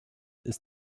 ist